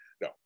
no